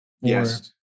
yes